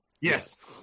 Yes